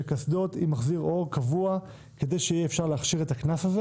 קסדות עם מחזיר אור קבוע כדי שיהיה אפשר להכשיר את הקנס הזה